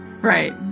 Right